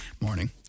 Morning